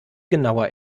genauer